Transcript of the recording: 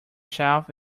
shelf